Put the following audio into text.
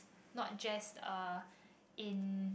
not just uh in